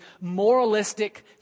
moralistic